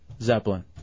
Zeppelin